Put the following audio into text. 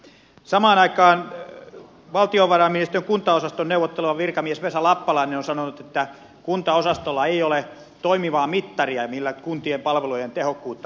samaan aikaan valtiovarainministeriön kuntaosaston neuvotteleva virkamies vesa lappalainen on sanonut että kuntaosastolla ei ole toimivaa mittaria millä kuntien palvelujen tehokkuutta mitataan